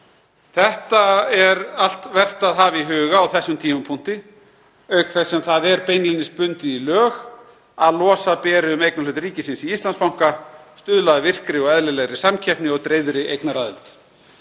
Þetta er allt vert að hafa í huga á þessum tímapunkti, auk þess sem það er beinlínis bundið í lög að losa beri um eignarhlut ríkisins í Íslandsbanka, stuðla að virkri og eðlilegri samkeppni og dreifðri eignaraðild.